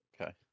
Okay